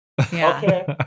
Okay